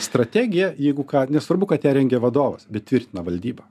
strategija jeigu ką nesvarbu kad ją rengia vadovas bet tvirtina valdyba